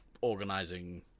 organizing